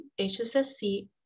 HSSC